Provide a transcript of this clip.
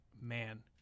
man